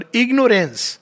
ignorance